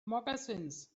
moccasins